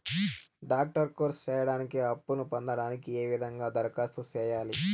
Doctor course సేయడానికి అప్పును పొందడానికి ఏ విధంగా దరఖాస్తు సేయాలి?